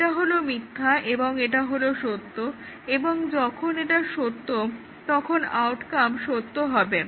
এটা হলো মিথ্যা এবং এটা সত্য এবং যখন এটা সত্য তখন আউটকাম সত্য হবে